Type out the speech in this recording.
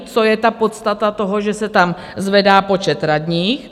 Co je ta podstata toho, že se tam zvedá počet radních?